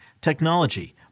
technology